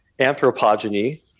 anthropogeny